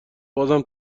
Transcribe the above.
بازم